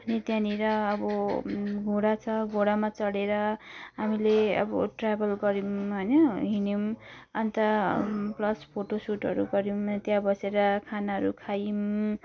अनि त्यहाँनेर अब घोडा छ घोडामा चढेर हामीले अब ट्राभल गर्यौँ होइन हिँड्यौँ अन्त प्लस फोटोसुटहरू गर्यौँ त्यहाँ बसेर खानाहरू खायौँ